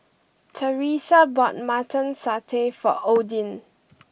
Teresa bought Mutton Satay for Odin